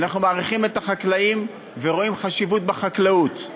אנחנו מעריכים את החקלאים ורואים חשיבות בחקלאות,